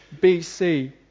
BC